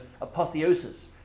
apotheosis